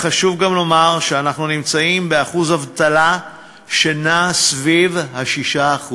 בשיעור אבטלה שנע סביב 6%;